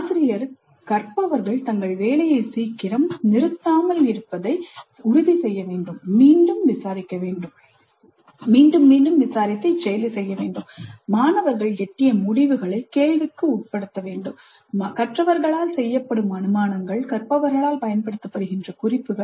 ஆசிரியர் கற்பவர்கள் தங்கள் வேலையை சீக்கிரம் நிறுத்தாமல் இருப்பதை உறுதி செய்ய மீண்டும் மீண்டும் விசாரிக்க வேண்டும் மாணவர்கள் எட்டிய முடிவுகளை கேள்விக்குட்படுத்துங்கள் கற்றவர்களால் செய்யப்படும் அனுமானங்கள் கற்பவர்களால் பயன்படுத்தப்படுகின்ற குறிப்புகள்